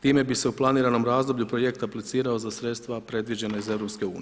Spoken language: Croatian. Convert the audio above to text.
Time bi se u planiranom razdoblju projekt aplicirao za sredstva predviđena iz EU.